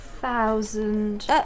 thousand